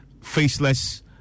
faceless